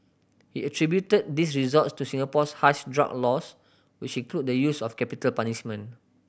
he attributed these results to Singapore's harsh drug laws which include the use of capital punishment